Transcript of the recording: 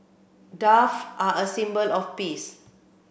dove are a symbol of peace